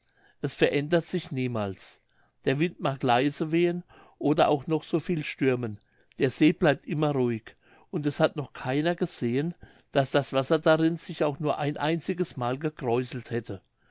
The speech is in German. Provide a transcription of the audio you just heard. es verändert sich niemals der wind mag leise wehen oder auch noch so viel stürmen der see bleibt immer ruhig und es hat noch keiner gesehen daß das wasser darin sich auch nur ein einziges mal gekräuselt hätte